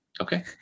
Okay